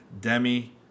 demi